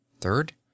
third